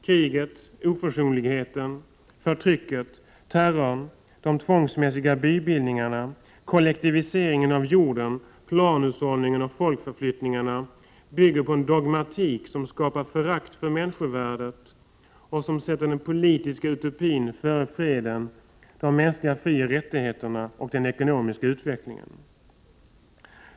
Kriget, oförsonligheten, förtrycket, terrorn, de tvångsmässiga bybildningarna, kollektiviseringen av jorden, planhushållningen och folkförflyttningarna bygger på en dogmatik som skapar förakt för människorvärdet och som sätter den politiska utopin före freden, de mänskliga frioch rättigheterna och den ekonomiska utvecklingen.